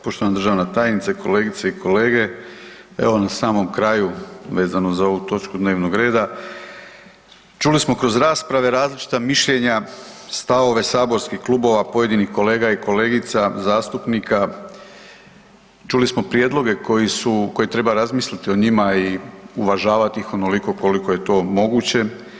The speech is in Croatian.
Poštovana državna tajnice, kolegice i kolege, evo na samom kraju vezano za ovu točku dnevnog reda, čuli smo kroz rasprave različita mišljenja, stavove saborskih klubova pojedinih kolega i kolegica zastupnika, čuli smo prijedloge koji su, koje treba razmisliti o njima i uvažavati ih onoliko koliko je to moguće.